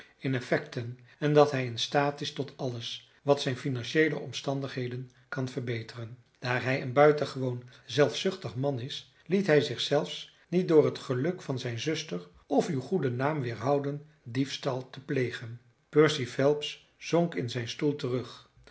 in effecten en dat hij in staat is tot alles wat zijn financieele omstandigheden kan verbeteren daar hij een buitengewoon zelfzuchtig man is liet hij zich zelfs niet door het geluk van zijn zuster of uw goeden naam weerhouden diefstal te plegen percy phelps zonk in zijn stoel terug